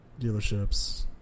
dealerships